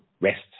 rest